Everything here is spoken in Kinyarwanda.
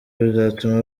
bizatuma